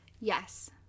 Yes